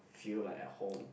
feel like a home